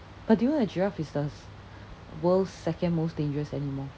but do you know that giraffe is the world's second most dangerous animal